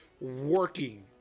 working